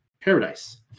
paradise